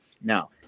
Now